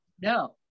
no